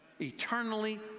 Eternally